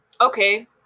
okay